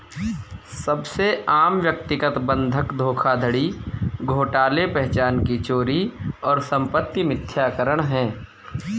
सबसे आम व्यक्तिगत बंधक धोखाधड़ी घोटाले पहचान की चोरी और संपत्ति मिथ्याकरण है